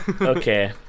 okay